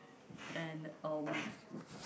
and um